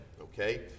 okay